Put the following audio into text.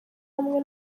hamwe